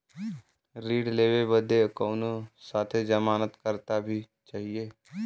ऋण लेवे बदे कउनो साथे जमानत करता भी चहिए?